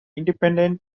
independent